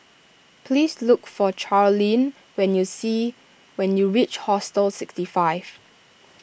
please look for Charleen when you see when you reach Hostel sixty five